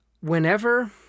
Whenever